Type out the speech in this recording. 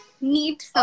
need